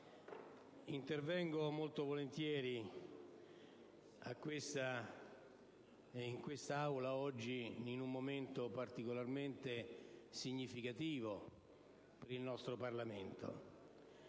intervengo oggi molto volentieri in quest'Aula in un momento particolarmente significativo per il nostro Parlamento,